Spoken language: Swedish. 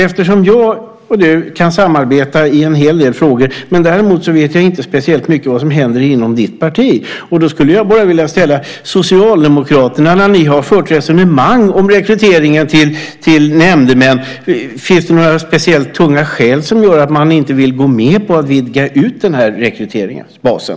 Eftersom jag och du kan samarbeta i en hel del frågor, medan jag däremot inte vet speciellt mycket om vad som händer inom ditt parti, skulle jag vilja ställa en fråga. När ni socialdemokrater för resonemang om rekryteringen till nämndemän, finns det då några speciellt tunga skäl som gör att ni inte vill gå med på att vidga rekryteringsbasen?